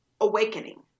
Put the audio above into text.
awakening